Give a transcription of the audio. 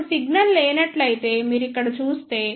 ఇప్పుడు సిగ్నల్ లేనట్లయితే మీరు ఇక్కడ చూస్తే